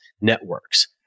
networks